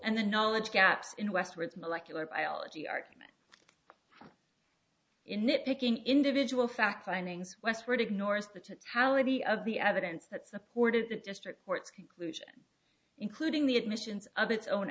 and the knowledge gaps in westwards molecular biology argument in nitpicking individual fact linings westword ignores the tally of the evidence that supported the district court's conclusion including the admissions of its own